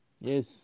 Yes